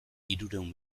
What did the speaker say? hirurehun